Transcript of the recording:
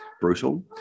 brutal